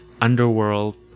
underworld